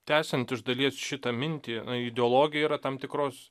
tęsiant iš dalies šitą mintį ideologija yra tam tikros